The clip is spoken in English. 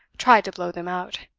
tried to blow them out.